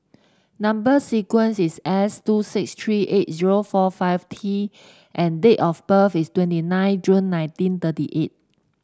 number sequence is S two six three eight zero four five T and date of birth is twenty nine June nineteen thirty eight